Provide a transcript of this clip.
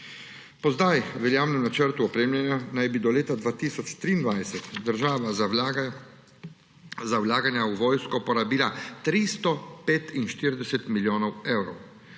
Po zdaj veljavnem načrtu opremljanja naj bi do leta 2023 država za vlaganja v vojsko porabila 345 milijonov evrov.